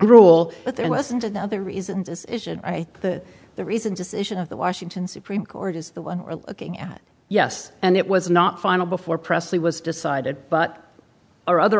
rule but there wasn't and the other reason is that the recent decision of the washington supreme court is the one looking at yes and it was not final before presley was decided but our other